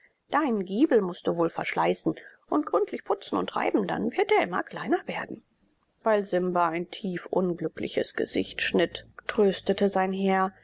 deinen giebel mußt du wohl verschleißen und gründlich putzen und reiben dann wird er immer kleiner werden weil simba ein tiefunglückliches gesicht schnitt tröstete sein herr